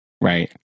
right